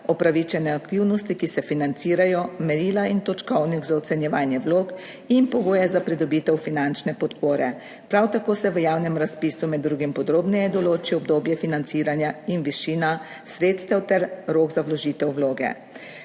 upravičene aktivnosti, ki se financirajo, merila in točkovni za ocenjevanje vlog in pogoje za pridobitev finančne podpore. Prav tako se v javnem razpisu med drugim podrobneje določi obdobje financiranja in višina sredstev ter rok za vložitev vloge.